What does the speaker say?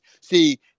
see